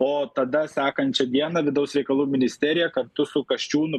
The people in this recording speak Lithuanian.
o tada sekančią dieną vidaus reikalų ministerija kartu su kasčiūnu